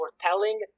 telling